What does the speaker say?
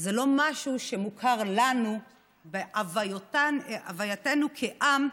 היא לא משהו שמוכר לנו בהווייתנו כעם,